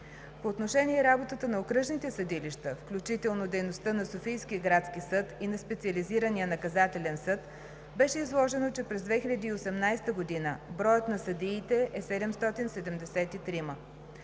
По отношение работата на окръжните съдилища, включително дейността на Софийския градски съд (СГС) и на Специализирания наказателен съд (СНС) беше изложено, че през 2018 г. броят на съдиите е 773.